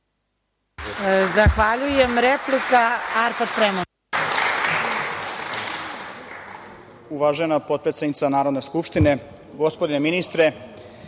Zahvaljujem. Replika, Arpad Fremond.